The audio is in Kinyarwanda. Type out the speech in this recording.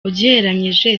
ugereranyije